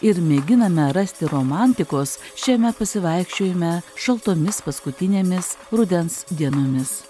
ir mėginame rasti romantikos šiame pasivaikščiojime šaltomis paskutinėmis rudens dienomis